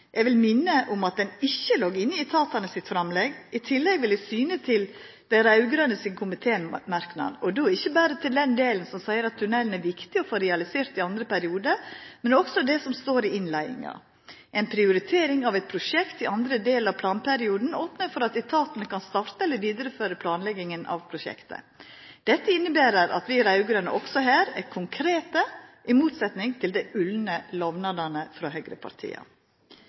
Eg vil minna om at han ikkje låg inne i framlegget frå etatane. I tillegg vil eg syna til komitémerknaden frå dei raud-grøne, og då ikkje berre til den delen som seier at tunnelen er viktig å få realisert i andre periode, men også det som står i innleiinga: en prioritering av et prosjekt i andre del av planperioden åpner for at etatene kan starte eller videreføre planleggingen av prosjektene.» Dette inneber at vi raud-grøne også her er konkrete, i motsetnad til dei ulne lovnadane frå høgrepartia.